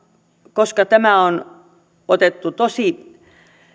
koska tämä on otettu tosi